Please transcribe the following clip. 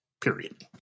period